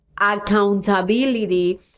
accountability